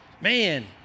Man